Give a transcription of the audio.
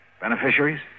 Beneficiaries